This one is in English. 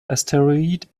asteroid